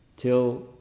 Till